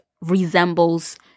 resembles